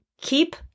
keep